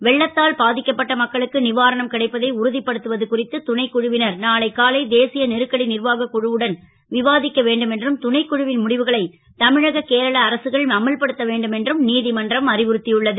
வெள்ளத்தால் பா க்கப்பட்ட மக்களுக்கு வாரணம் கிடைப்பதை உறு ப்படுத்துவது குறித்து துணைக் குழுவினர் நாளை காலை தேசிய நெருக்கடி ர்வாகக் குழுவுடன் விவா க்க வேண்டும் என்றும் துணைக் குழுவின் முடிவுகளை தமிழக கேரள அரசுகள் அமல்படுத்த வேண்டும் என்றும் நீ மன்றம் அறிவுறுத் யுள்ளது